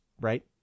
right